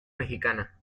mexicana